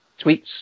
tweets